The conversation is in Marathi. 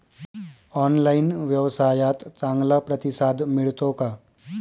ऑनलाइन व्यवसायात चांगला प्रतिसाद मिळतो का?